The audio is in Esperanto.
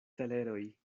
teleroj